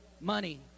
money